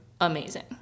amazing